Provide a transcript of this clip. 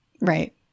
Right